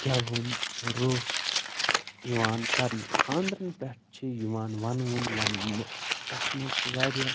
گٮ۪وُن رُح یوان کرنہٕ خاندرَن پٮ۪ٹھ چھِ یِوان وَنوُن وَننہٕ تتھ منٛز چھِ وارِیاہ